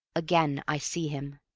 again i see him,